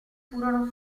furono